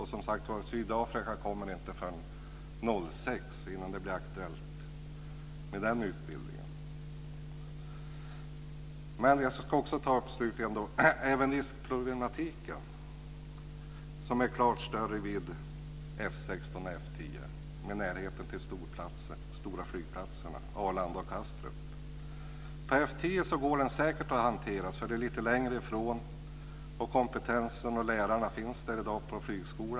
När det gäller Sydafrika blir det inte, som sagt var, klart med utbildningen förrän 2006. Jag ska slutligen ta upp riskproblematiken, som är klart större vid F 16 och F 10 med närheten till de stora flygplatserna Arlanda och Kastrup.